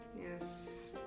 yes